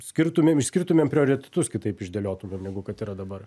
skirtumėm išskirtumėm prioritetus kitaip išdėliotumėm negu kad yra dabar